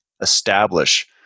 establish